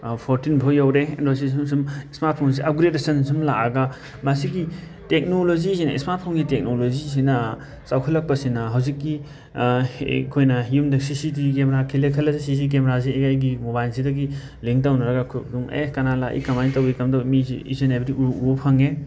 fourteen ꯐꯥꯎ ꯌꯧꯔꯦ ꯑꯦꯟꯗ꯭ꯔꯣꯁꯤ ꯁꯨꯝ ꯁꯨꯝ ꯏꯁꯃꯥꯔꯠ ꯐꯣꯟꯁꯦ ꯑꯞꯒ꯭ꯔꯦꯗꯦꯁꯟ ꯁꯨꯝ ꯂꯥꯛꯑꯒ ꯃꯁꯤꯒꯤ ꯇꯦꯛꯅꯣꯂꯣꯖꯤꯁꯤꯅ ꯏꯁꯃꯥꯔꯠ ꯐꯣꯟꯒꯤ ꯇꯦꯛꯅꯣꯂꯣꯖꯤꯁꯤꯅ ꯆꯥꯎꯈꯠꯂꯛꯄꯁꯤꯅ ꯍꯧꯖꯤꯛꯀꯤ ꯑꯩꯍꯣꯏꯅ ꯌꯨꯝꯗ ꯁꯤꯁꯤ ꯇꯤꯕꯤ ꯀꯦꯃꯦꯔꯥ ꯈꯤꯜꯂꯦ ꯈꯜꯂꯁꯤ ꯁꯤꯁꯤ ꯀꯦꯃꯦꯔꯥꯁꯤ ꯑꯩꯒꯤ ꯃꯣꯕꯥꯏꯜꯁꯤꯗꯒꯤ ꯂꯤꯡ ꯇꯧꯅꯔꯒ ꯑꯦ ꯀꯅꯥ ꯂꯥꯛꯏ ꯀꯃꯥꯏꯅ ꯇꯧꯋꯤ ꯀꯝꯗꯧꯏ ꯃꯤꯁꯤ ꯏꯁ ꯑꯦꯟ ꯑꯦꯕ꯭ꯔꯤ ꯎꯕ ꯐꯪꯉꯦ